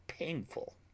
painful